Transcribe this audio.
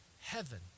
heaven